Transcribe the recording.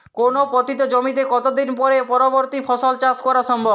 কোনো পতিত জমিতে কত দিন পরে পরবর্তী ফসল চাষ করা সম্ভব?